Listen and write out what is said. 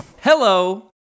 Hello